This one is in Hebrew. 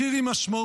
מחיר עם משמעות.